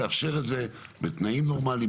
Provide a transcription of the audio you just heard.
הייתי מאפשר את זה בתנאים נורמליים,